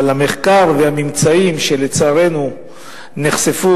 אבל המחקר והממצאים שנחשפו,